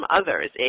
others